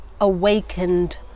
awakened